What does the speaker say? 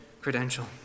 credential